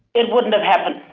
it wouldn't have happened.